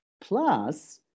plus